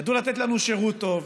ידעו לתת לנו שירות טוב,